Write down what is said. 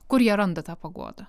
kur jie randa tą paguodą